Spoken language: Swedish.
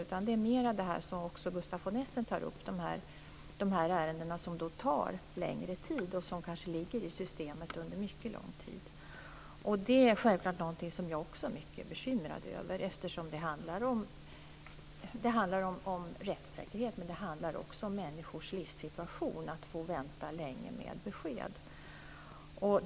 Det handlar nog mer om det som också Gustaf von Essen tog upp, nämligen de ärenden som tar längre tid och som kanske ligger i systemet under en mycket lång tid. Det är självklart någonting som jag också är mycket bekymrad över, eftersom det handlar om rättssäkerhet och om människors livssituation när de får vänta länge på besked.